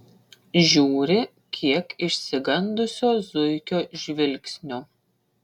žiūri kiek išsigandusio zuikio žvilgsniu